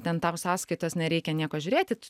ten tau sąskaitas nereikia nieko žiūrėti